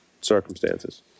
circumstances